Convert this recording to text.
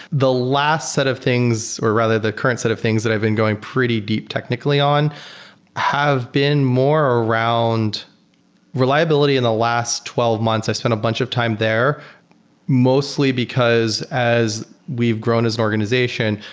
the last set of things or rather the current set of things that i've been going pretty deep technically on have been more around reliability in the last twelve months. i spent a bunch of time there mostly because as we've grown as an organization,